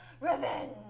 Revenge